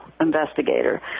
investigator